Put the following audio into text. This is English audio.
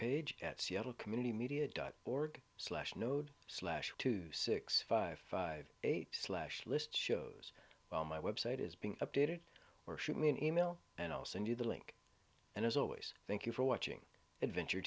page at seattle community media dot org slash node slash two six five five eight slash list shows well my website is being updated or shoot me an email and i'll send you the link and as always thank you for watching adventure